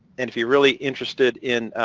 and if you're really interested in